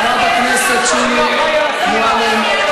חברת הכנסת שולי מועלם.